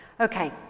Okay